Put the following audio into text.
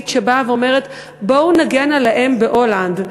שבאה ואומרת: בואו נגן על האם בהולנד,